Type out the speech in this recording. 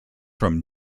from